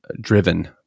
driven